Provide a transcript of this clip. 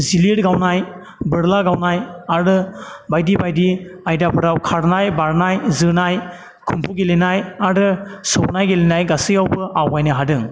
जिलिर गावनाय बोरला गावनाय आरो बायदि बायदि आयदाफोराव खारनाय बारनाय जोनाय खुंम्फु गेलेनाय आरो सौनाय गेलेनाय गासैयावबो आवगायनो हादों